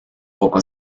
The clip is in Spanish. poco